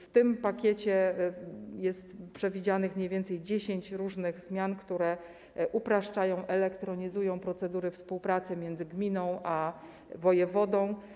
W tym pakiecie jest przewidzianych mniej więcej 10 różnych zmian, które upraszczają, elektronizują procedury współpracy między gminą a wojewodą.